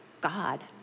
God